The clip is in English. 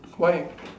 why